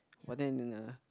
but then uh